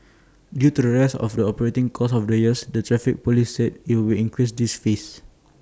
due to the rise of the operating costs over the years the traffic Police said IT will increase these fees